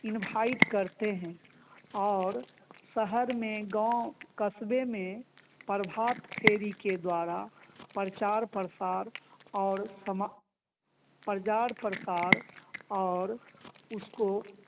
invite करते हैं और शहर में गाँव कस्बे में प्रभात फेरी के द्वारा प्रचार प्रसार और समा परजार प्रसार और उसको